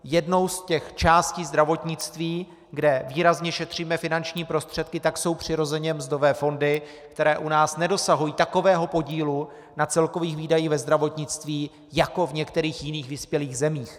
Jednou z částí zdravotnictví, kde výrazně šetříme finanční prostředky, jsou přirozeně mzdové fondy, které u nás nedosahují takového podílu na celkových výdajích ve zdravotnictví jako v některých jiných vyspělých zemích.